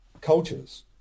cultures